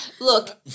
Look